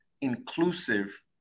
inclusive